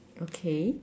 okay